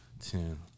ten